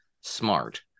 smart